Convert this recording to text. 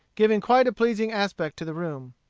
giving quite a pleasing aspect to the room.